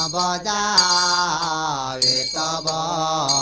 um da da ah da da